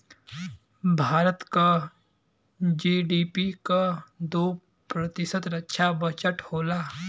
भारत क जी.डी.पी क दो प्रतिशत रक्षा बजट होला